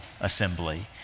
assembly